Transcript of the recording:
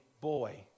boy